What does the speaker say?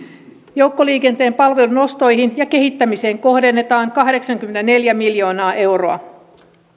joukkoliikenteen palveluiden ostoihin ja kehittämiseen kohdennetaan kahdeksankymmentäneljä miljoonaa euroa